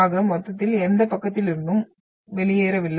ஆக மொத்தத்தில் எந்தப் பக்கத்திலிருந்தும் வெளியேறவில்லை